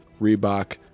Reebok